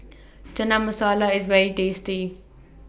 Chana Masala IS very tasty